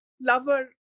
lover